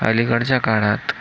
अलीकडच्या काळात